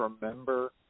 remember